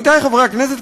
עמיתי חברי הכנסת,